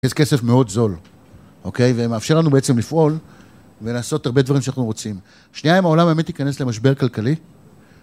מגייס כסף מאוד זול, אוקי? ומאפשר לנו בעצם לפעול ולעשות הרבה דברים שאנחנו רוצים. שנייה אם העולם באמת ייכנס למשבר כלכלי.